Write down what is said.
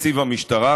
תקציב המשטרה,